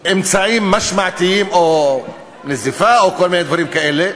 לאמצעים משמעתיים, נזיפה או כל מיני דברים כאלה,